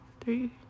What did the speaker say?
Three